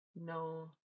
no